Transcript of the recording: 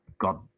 God